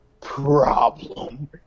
problem